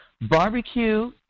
barbecue